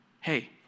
hey